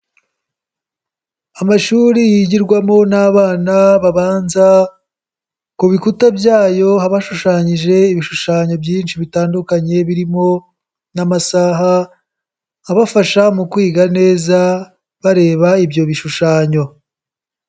Amashuri yigirwamo n'abana babanza ku bikuta byayo haba hashushanyije ibishushanyo byinshi bitandukanye birimo n'amasaha abafasha mu kwiga neza bareba ibyo bishushanyo.